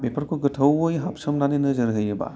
बेफोरखौ गोथौवै हाबसोमनानै नोजोर होयोबा